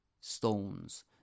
stones